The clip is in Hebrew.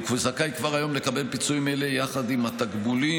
הוא זכאי כבר היום לקבל פיצויים אלה יחד עם התגמולים.